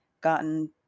gotten